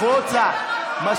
החוצה.